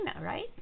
right